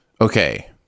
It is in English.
Okay